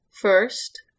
first